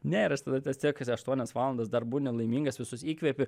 ne ir aš tada tiesiog tas aštuonias valandas dar būni laimingas visus įkvepi